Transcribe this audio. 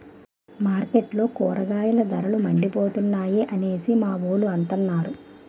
మార్కెట్లో కూరగాయల ధరలు మండిపోతున్నాయి అనేసి మావోలు అంతన్నారు